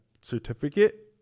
certificate